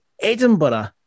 Edinburgh